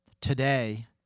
today